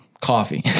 coffee